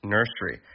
Nursery